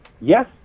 yes